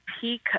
peak